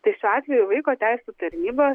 tai šiuo atveju vaiko teisių tarnyba